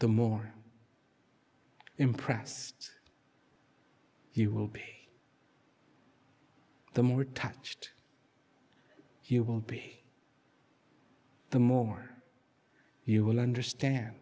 the more impressed you will be the more attached you will be the more you will understand